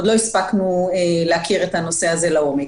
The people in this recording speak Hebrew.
עוד לא הספקנו להכיר את הנושא הזה לעומק.